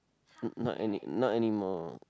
mm not any~ not anymore